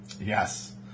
Yes